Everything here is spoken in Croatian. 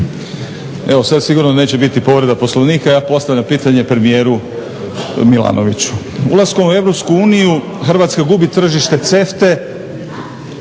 Evo sad sigurno neće biti povreda Poslovnika. Ja postavljam pitanje premijeru Milanoviću. Ulaskom u Europsku uniju Hrvatska gubi tržište